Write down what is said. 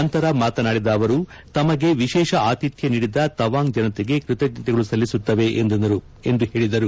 ನಂತರ ಮಾತನಾಡಿದ ಅವರು ತಮಗೆ ವಿಶೇಷ ಆಶಿಥ್ಯ ನೀಡಿದ ತವಾಂಗ್ ಜನತೆಗೆ ಕೃತಜ್ಞತೆಗಳು ಸಲ್ಲಿಸುತ್ತೇವೆ ಎಂದರು